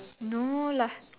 no lah